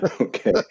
Okay